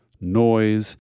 noise